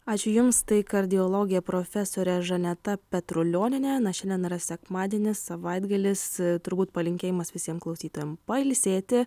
ačiū jums tai kardiologė profesorė žaneta petrulionienė na šiandien yra sekmadienis savaitgalis turbūt palinkėjimas visiem klausytojam pailsėti